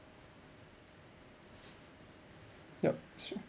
yup true